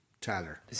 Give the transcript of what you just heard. Tyler